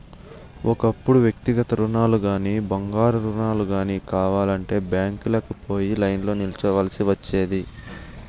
ఒకప్పుడు వ్యక్తిగత రుణాలుగానీ, బంగారు రుణాలు గానీ కావాలంటే బ్యాంకీలకి పోయి లైన్లో నిల్చోవల్సి ఒచ్చేది